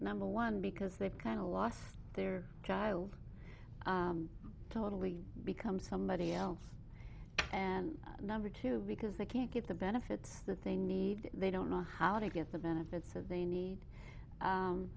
number one because they've kind of lost their child totally become somebody else and number two because they can't get the benefits that they need they don't know how to get the benefits that they need